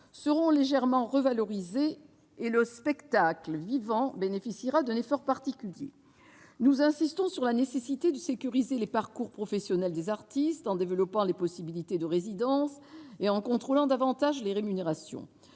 seront légèrement revalorisés et le spectacle vivant bénéficiera d'un effort particulier. Nous insistons sur la nécessité de sécuriser les parcours professionnels des artistes en développant les possibilités de résidence et en contrôlant davantage les rémunérations.